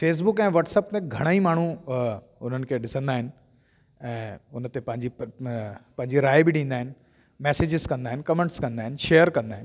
Facebook ऐं WhatsApp ते घणेई माण्हूं उन्हनि खे ॾिसंदा आहिनि ऐं उन ते पंहिंजी प पंहिंजी राय बि ॾींदा आहिनि मैसेजिस कंदा आहिनि कमेंट्स कंदा आहिनि शेअर कंदा आहिनि